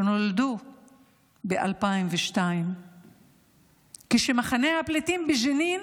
שנולדו ב-2002 כשמחנה הפליטים בג'נין